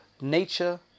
Nature